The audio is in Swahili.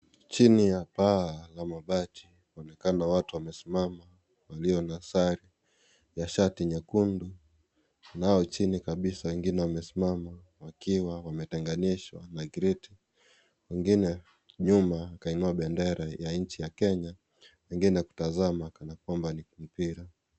Chini ya paa la mabati kunaonekana watu wamesimama walio na sare ya shati nyekundu nayo chini kabisa wengine wamesimama wakiwa wametenganishwa na creti wengine nyuma wakainua bendera ya nchi ya kenya wengine kutazama kana kwamba ni mpira.